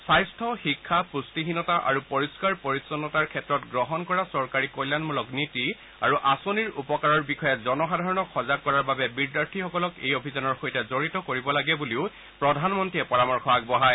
স্বাস্থ্য শিক্ষা পুষ্টিহীনতা আৰু পৰিষ্ণাৰ পৰিচ্ছন্নতাৰ ক্ষেত্ৰত গ্ৰহণ কৰা চৰকাৰী কল্যাণমূলক নীতি আৰু আঁচনিৰ উপকাৰৰ বিষয়ে জনসাধাৰণক সজাগ কৰাৰ বাবে বিদ্যাৰ্থীসকলক এই অভিযানৰ সৈতে জড়িত কৰিব লাগে বুলি প্ৰধানমন্ত্ৰীয়ে পৰামৰ্শ আগবঢ়ায়